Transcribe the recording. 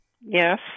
Yes